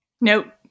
Nope